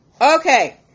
okay